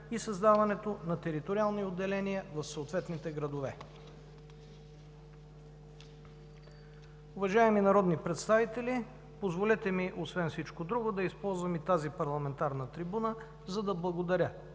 и създаването на териториални отделения в съответните градове. Уважаеми народни представители, позволете ми, освен всичко друго, да използвам и тази парламентарна трибуна, за да благодаря.